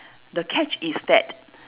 the catch is that